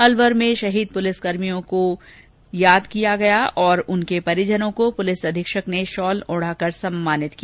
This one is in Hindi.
अलवर में भी शहीद पुलिस कर्भियों को याद किया गया और शहीदों के परिजनों को पुलिस अधीक्षक ने शॉल ओढ़ाकर सम्मानित किया